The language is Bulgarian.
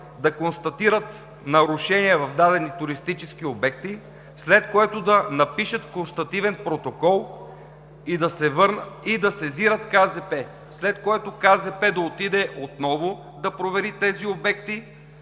да констатират нарушения в дадени туристически обекти, след което да напишат констативен протокол и да се сезират КЗП. След това КЗП да отиде отново да провери тези обекти